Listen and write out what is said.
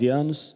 anos